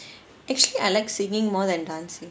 actually I like singing more than dancing